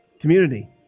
community